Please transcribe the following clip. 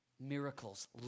miracles